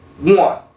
one